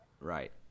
right